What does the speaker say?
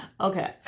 Okay